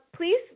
please